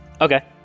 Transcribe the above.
Okay